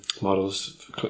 models